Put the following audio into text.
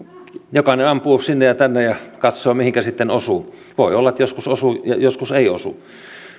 jokainen ampuu sinne ja tänne ja katsoo mihinkä sitten osuu voi olla että joskus osuu ja joskus ei osu